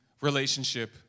relationship